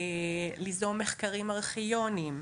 ליזום מחקרים ארכיונים,